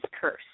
curse